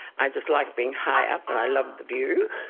i just like being high up and i love the view,